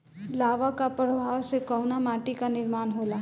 लावा क प्रवाह से कउना माटी क निर्माण होला?